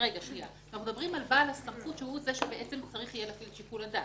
אנחנו מדברים על בעל סמכות שיצטרך להפעיל שיקול דעת.